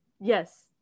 Yes